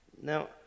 Now